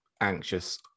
anxious